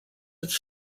its